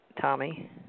Tommy